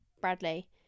Bradley